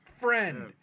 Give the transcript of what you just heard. friend